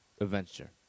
adventure